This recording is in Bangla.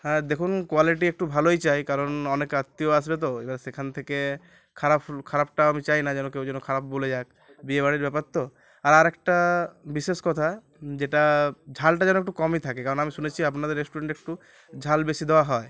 হ্যাঁ দেখুন কোয়ালিটি একটু ভালোই চাই কারণ অনেক আত্মীয় আসবে তো এবার সেখান থেকে খারাপ খারাপটাও আমি চাই না যেন কে ও য খারাপ বলে যাক বিয়েবড়ির ব্যাপার তো আর আর একটা বিশেষ কথা যেটা ঝালটা যেন একটু কমই থাকে কারণ আমি শুনেছি আপনাদের রেস্টুরেন্টে একটু ঝাল বেশি দেওয়া হয়